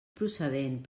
procedent